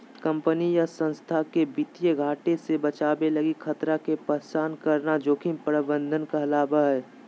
company या संस्थान के वित्तीय घाटे से बचावे लगी खतरा के पहचान करना जोखिम प्रबंधन कहला हय